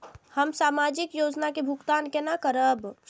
हम सामाजिक योजना के भुगतान केना करब?